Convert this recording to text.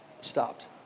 stopped